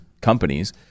companies